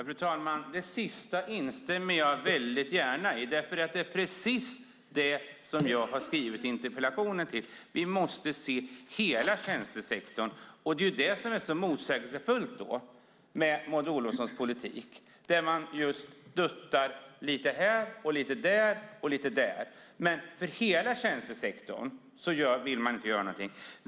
Fru talman! Det sista instämmer jag väldigt gärna i. Det är precis det som jag har skrivit i interpellationen. Vi måste se hela tjänstesektorn. Det är det som är så motsägelsefullt i Maud Olofssons politik, där man just duttar lite här och lite där. För hela tjänstesektorn vill man inte göra någonting.